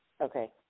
Okay